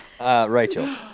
Rachel